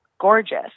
gorgeous